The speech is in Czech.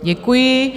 Děkuji.